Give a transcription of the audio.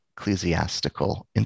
ecclesiastical